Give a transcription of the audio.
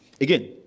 again